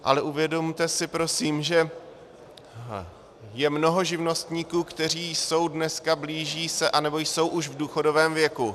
Ale uvědomte si prosím, že je mnoho živnostníků, kteří jsou dneska, blíží se anebo už jsou v důchodovém věku.